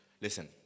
Listen